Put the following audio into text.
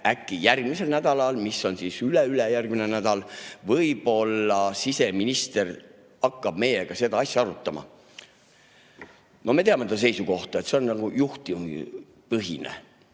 äkki järgmisel nädalal, mis on siis üle-ülejärgmine nädal, ja võib-olla siseminister hakkab meiega seda asja arutama. No me teame tema seisukohta, et see on nagu juhtumipõhine.